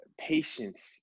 patience